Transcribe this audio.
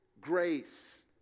grace